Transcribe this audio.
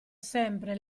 sempre